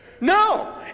No